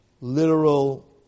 literal